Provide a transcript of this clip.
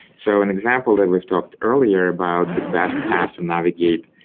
so an example that we've talked earlier about the best path to navigate,